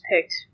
picked